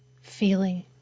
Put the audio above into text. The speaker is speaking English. Feeling